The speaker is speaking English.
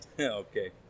Okay